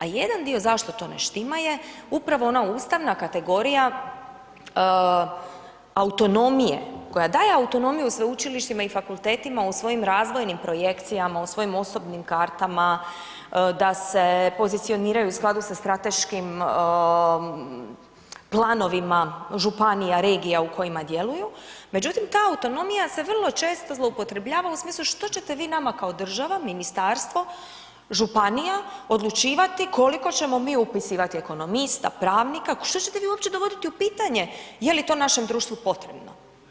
A jedan dio zašto to ne štima je upravo ona ustavna kategorija autonomije, koja daje autonomiju sveučilištima i fakultetima u svojim razvojnim projekcijama, u svojim osobnim kartama da se pozicioniraju u skladu sa strateškim planovima županija, regija u kojima djeluju, međutim ta autonomija se vrlo često zloupotrebljava u smislu što će te vi nama kao država, Ministarstvo, županija, odlučivati koliko ćemo mi upisivati ekonomista, pravnika, što će te vi uopće dovoditi u pitanje je li to našem društvu potrebno?